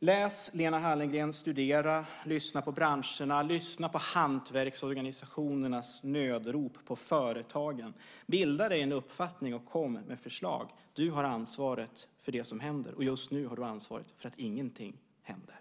Läs, Lena Hallengren, studera, lyssna på branscherna, lyssna på hantverksorganisationernas nödrop, på företagen, bilda dig en uppfattning och kom med förslag! Du har ansvaret för det som händer. Och just nu har du ansvaret för att ingenting händer.